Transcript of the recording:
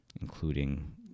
including